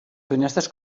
finestres